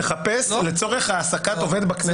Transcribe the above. לחפש לצורך העסקת עובד בכנסת?